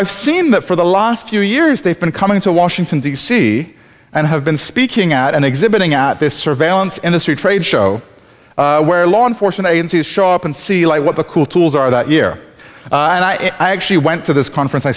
i've seen that for the last few years they've been coming to washington d c and have been speaking out and exhibiting at this surveillance industry trade show where law enforcement agencies show up and see what the cool tools are that year and i actually went to this conference i